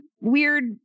weird